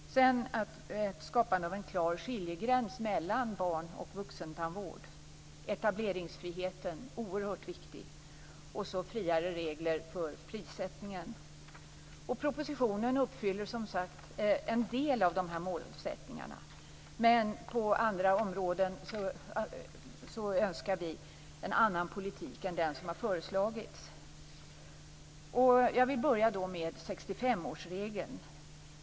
Vidare gäller det skapandet av en klar skiljegräns mellan barn och vuxentandvård. Etableringsfriheten är också oerhört viktig, liksom friare regler för prissättningen. Propositionen uppfyller, som sagt, en del av de här målsättningarna men på andra områden önskar vi en annan politik än den som har föreslagits. Först och främst gäller det 65-årsregeln.